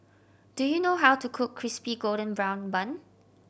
do you know how to cook Crispy Golden Brown Bun